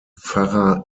pfarrer